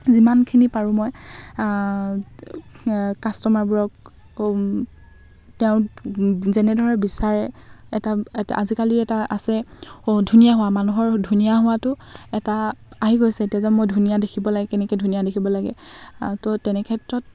যিমানখিনি পাৰো মই কাষ্টমাৰবোৰক তেওঁ যেনেদৰে বিচাৰে এটা এটা আজিকালি এটা আছে ধুনীয়া হোৱা মানুহৰ ধুনীয়া হোৱাটো এটা আহি গৈছে এতিয়া যে মই ধুনীয়া দেখিব লাগে কেনেকৈ ধুনীয়া দেখিব লাগে তো তেনেক্ষেত্ৰত